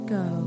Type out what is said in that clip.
go